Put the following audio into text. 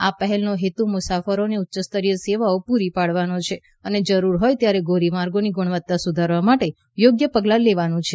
આ પહેલનો હેતુ મુસાફરોને ઉચ્યસ્તરીય સેવાઓ પુરી પાડવાનો છે અને જરૂરી હોય ત્યારે ધોરીમાર્ગોની ગુણવત્તા સુધારવા માટે યોગ્ય પગલા લેવાનું છે